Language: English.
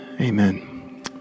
Amen